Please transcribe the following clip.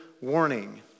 warning